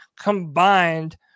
combined